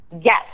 yes